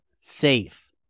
safe